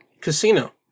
casino